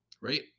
right